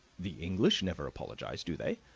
the english never apologize do they?